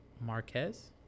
Marquez